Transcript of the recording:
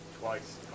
twice